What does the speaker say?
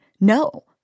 no